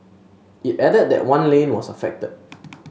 it added that one lane was affected